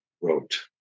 wrote